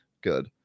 good